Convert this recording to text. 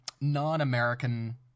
non-American